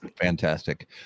Fantastic